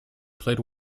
played